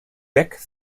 beck